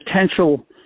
potential